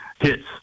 Hits